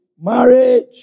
marriage